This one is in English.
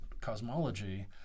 cosmology